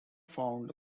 found